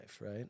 right